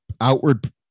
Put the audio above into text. outward